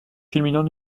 culminant